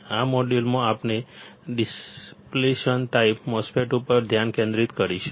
આ મોડ્યુલમાં આપણે ડીપ્લેશન ટાઈપ MOSFET ઉપર ધ્યાન કેન્દ્રિત કરીશું